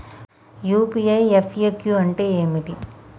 UPI FAQ అంటే ఏమిటి?